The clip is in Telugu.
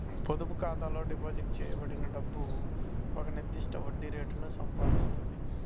పొదుపు ఖాతాలో డిపాజిట్ చేయబడిన డబ్బు ఒక నిర్దిష్ట వడ్డీ రేటును సంపాదిస్తుంది